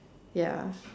ya